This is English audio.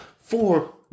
four